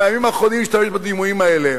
בימים האחרונים להשתמש בדימויים האלה: